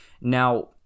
Now